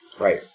Right